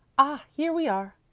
ah, here we are!